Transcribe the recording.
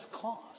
cost